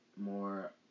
more